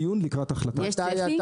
יש צפי?